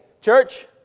church